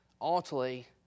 ultimately